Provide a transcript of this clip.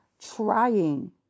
trying